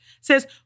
says